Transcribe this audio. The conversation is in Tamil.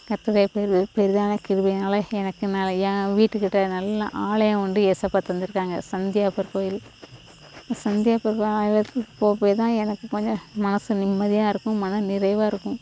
கர்தர் பெரு பெரிதான கிருபையினால எனக்கு நிறையா வீட்டுக்கிட்டே நல்லா ஆலயம் ஒன்று ஏசப்பா தந்திருக்காங்க சந்தியப்பர் கோவில் சந்தியப்பர் கோவில் போக்குள்ளே தான் எனக்கு கொஞ்சம் மனது நிம்மதியாக இருக்கும் மன நிறைவாக இருக்கும்